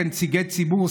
נציגי הציבור,